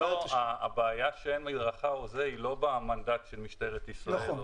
הבעיה שאין מדרכה, היא לא במנדט של משטרת ישראל.